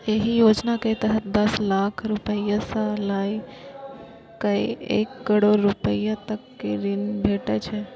एहि योजना के तहत दस लाख रुपैया सं लए कए एक करोड़ रुपैया तक के ऋण भेटै छै